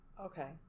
Okay